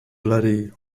bloody